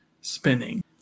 spinning